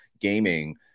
gaming